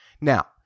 Now